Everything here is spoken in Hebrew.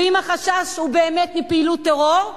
ואם החשש הוא באמת מפעילות טרור,